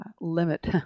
limit